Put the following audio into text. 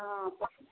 ହଁ